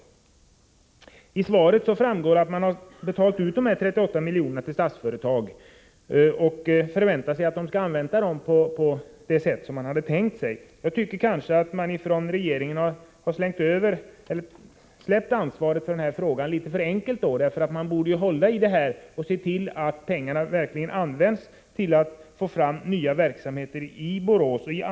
Av svaret framgår att regeringen har betalat ut dessa 38 miljoner till Statsföretag och förväntar sig att de skall användas på det sätt som var tänkt. Jag tycker kanske att regeringen har släppt ansvaret litet för tidigt. Man borde se till att pengarna verkligen används för att få fram nya verksamheter i Borås.